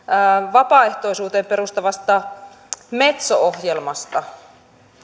vapaaehtoisuuteen perustuvasta metso ohjelmasta